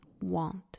want